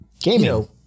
Gaming